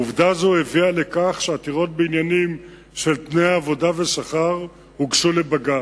עובדה זו הביאה לכך שעתירות בעניינים של תנאי עבודה ושכר הוגשו לבג"ץ.